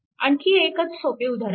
आणखी एकच सोपे उदाहरण पाहू